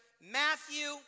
Matthew